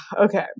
Okay